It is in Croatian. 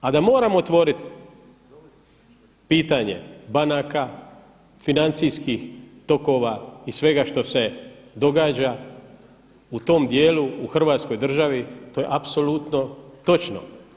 A da moramo otvorit pitanje banaka, financijskih tokova i svega što se događa u tom dijelu u Hrvatskoj državi to je apsolutno točno.